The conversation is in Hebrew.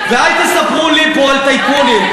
ואל תספרו לי פה על טייקונים.